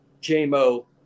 J-Mo